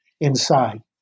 inside